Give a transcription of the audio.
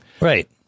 Right